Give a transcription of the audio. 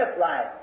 life